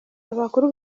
abakuru